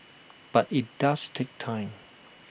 but IT does take time